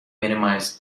minimize